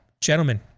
Gentlemen